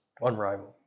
unrivaled